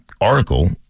article